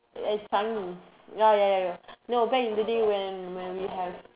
it's fun ya ya ya no back in the day when there is